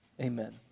Amen